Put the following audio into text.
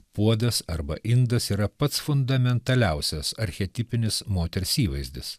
puodas arba indas yra pats fundamentaliausias archetipinis moters įvaizdis